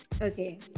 Okay